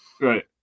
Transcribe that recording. Right